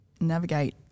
navigate